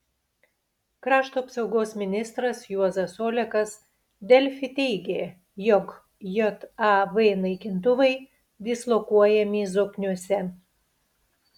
krašto apsaugos ministras juozas olekas delfi teigė jog jav naikintuvai dislokuojami zokniuose